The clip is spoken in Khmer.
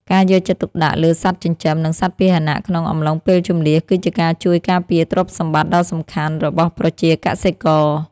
ការយកចិត្តទុកដាក់លើសត្វចិញ្ចឹម និងសត្វពាហនៈក្នុងអំឡុងពេលជម្លៀស គឺជាការជួយការពារទ្រព្យសម្បត្តិដ៏សំខាន់របស់ប្រជាកសិករ។